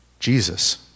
Jesus